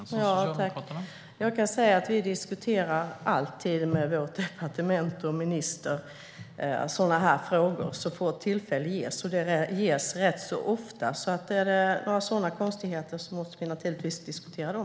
Herr talman! Jag kan säga att vi alltid diskuterar sådana frågor med vårt departement och vår minister. Det gör vi så fort tillfälle ges, och det ges rätt ofta. Är det några sådana konstigheter måste vi naturligtvis diskutera dem.